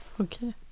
Okay